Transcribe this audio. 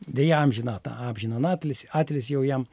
deja amžiną tą amžiną an atilsį atilsį jau jam